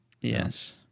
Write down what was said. Yes